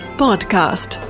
podcast